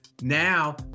now